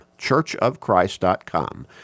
churchofchrist.com